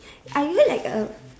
are you like a